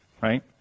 right